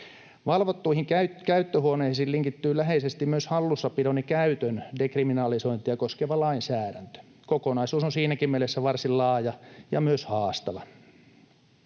Valvottuihin käyttöhuoneisiin linkittyy läheisesti myös hallussapidon ja käytön dekriminalisointia koskeva lainsäädäntö. Kokonaisuus on siinäkin mielessä varsin laaja ja myös haastava.